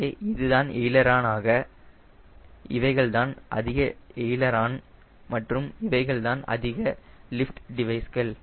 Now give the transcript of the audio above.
எனவே இதுதான் எய்லரான் இவைகள் தான் அதிக லிஃப்ட் டிவைஸ்கள்